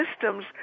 systems